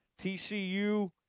TCU